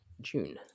june